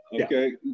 Okay